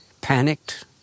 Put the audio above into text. panicked